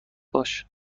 باش